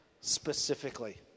specifically